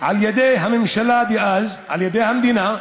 על ידי הממשלה דאז, על ידי המדינה,